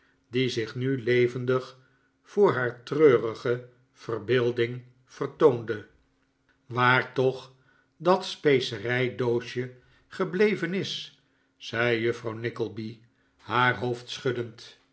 die zich nu levendig voor haar treurige verbeelding vertoonde waar toch dat specerijdoosje gebleven is zei juffrouw nickleby haar hoofd schuddend